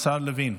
השר לוין?